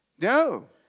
No